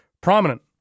prominent